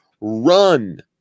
run